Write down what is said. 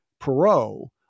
Perot